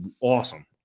Awesome